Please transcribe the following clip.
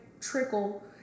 trickle